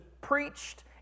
preached